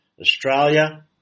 Australia